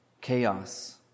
Chaos